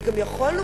וגם יכולנו,